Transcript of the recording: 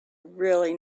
really